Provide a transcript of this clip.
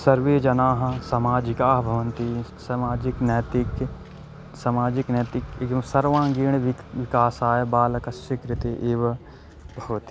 सर्वे जनाः सामाजिकाः भवन्ति सामाजिकः नैतिकः सामाजिकः नैतिकः इव सर्वाङ्गीण विक् विकासाय बालकस्य कृते एव भवति